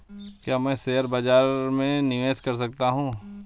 क्या मैं शेयर बाज़ार में निवेश कर सकता हूँ?